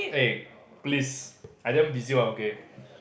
eh please I damn busy one okay